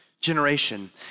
generation